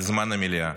על זמן המליאה.